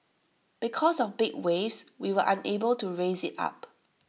because of big waves we were unable to raise IT up